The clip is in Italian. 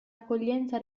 accoglienza